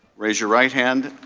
raise your right hand,